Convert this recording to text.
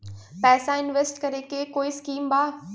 पैसा इंवेस्ट करे के कोई स्कीम बा?